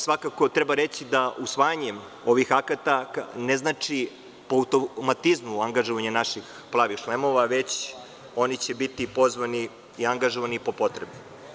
Svakako treba reći da usvajanjem ovih akata ne znači po automatizmu angažovanje naših „plavih šlemova“, već će oni biti pozvani i angažovani po potrebi.